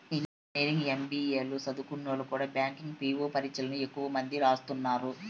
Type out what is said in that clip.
engineering, ఎం.బి.ఏ లు సదుంకున్నోల్లు కూడా బ్యాంకి పీ.వో పరీచ్చల్ని ఎక్కువ మంది రాస్తున్నారు